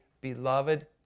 beloved